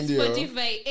Spotify